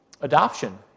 adoption